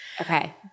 Okay